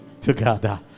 together